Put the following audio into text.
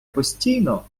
постійно